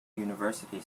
university